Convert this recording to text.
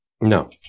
No